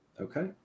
Okay